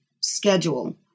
schedule